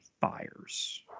fires